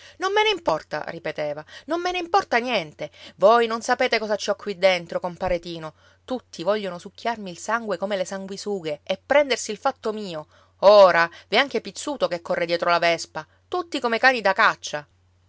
non me ne importa ripeteva non me ne importa niente voi non sapete cosa ci ho qui dentro compare tino tutti vogliono succhiarmi il sangue come le sanguisughe e prendersi il fatto mio ora v'è anche pizzuto che corre dietro la vespa tutti come cani da caccia